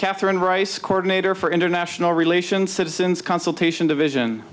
catherine rice scored nater for international relations citizen's consultation division